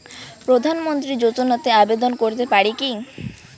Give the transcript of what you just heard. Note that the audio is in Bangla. প্রধানমন্ত্রী যোজনাতে আবেদন করতে পারি কি?